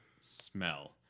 smell